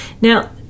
Now